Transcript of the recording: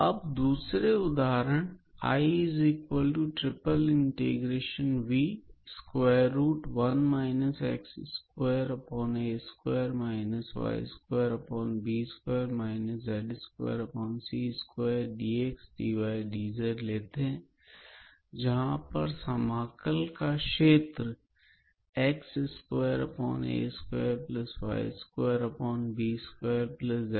अब हम दूसरे उदाहरण के रूप में लेते हैं जहां पर समाकल का क्षेत्र है